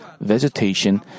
vegetation